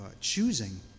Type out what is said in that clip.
choosing